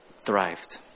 thrived